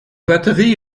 batterie